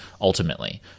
ultimately